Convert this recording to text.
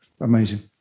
amazing